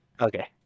Okay